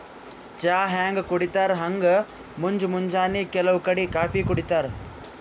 ಚಾ ಹ್ಯಾಂಗ್ ಕುಡಿತರ್ ಹಂಗ್ ಮುಂಜ್ ಮುಂಜಾನಿ ಕೆಲವ್ ಕಡಿ ಕಾಫೀ ಕುಡಿತಾರ್